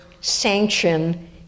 sanction